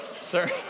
Sir